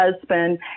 husband